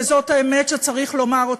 וזאת האמת שצריך לומר,